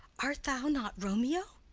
art thou not romeo,